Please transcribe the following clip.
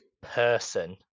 person